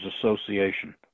Association